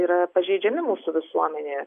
yra pažeidžiami mūsų visuomenėje